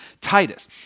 Titus